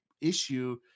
issue